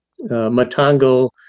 Matango